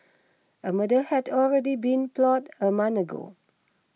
a murder had already been plotted a month ago